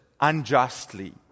unjustly